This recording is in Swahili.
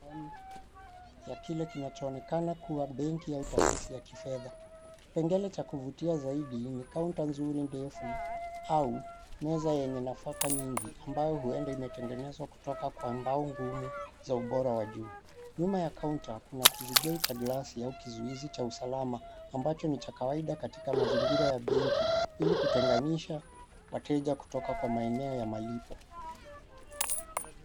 Ya kile kinachoonekana kua benki au taasisi ya kifedha. Kipengele cha kuvutia zaidi ni kaunta nzuri ndefu au meza yenye nafaka nyingi ambayo huenda imetengenezwa kutoka kwa mbao ngumu za ubora wa juu. Nyuma ya kaunta kuna kizigeu cha glasi au kizuizi cha usalama ambacho ni cha kawaida katika mazingira ya benki ili kutenganisha wateja kutoka kwa maneno ya malipo.